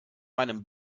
meinem